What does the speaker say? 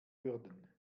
würden